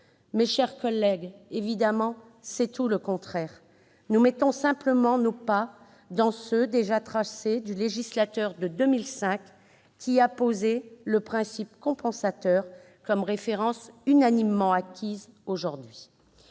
Mes chers collègues, c'est tout le contraire ! Nous mettons simplement nos pas dans ceux du législateur de 2005, qui a posé le principe compensateur comme référence unanimement acquise aujourd'hui.